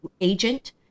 agent